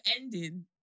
ending